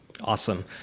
awesome